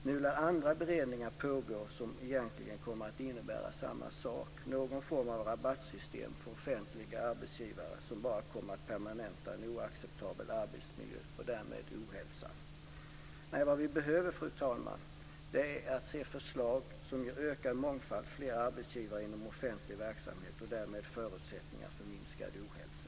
Nu lär andra beredningar pågå som egentligen kommer att innebära samma sak - någon form av rabattsystem för offentliga arbetsgivare som bara kommer att permanenta en oacceptabel arbetsmiljö och därmed ohälsan. Nej, vad vi behöver, fru talman, är att se förslag som ger ökad mångfald, fler arbetsgivare inom offentlig verksamhet och därmed förutsättningar för minskad ohälsa.